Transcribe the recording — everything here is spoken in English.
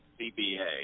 CBA